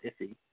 iffy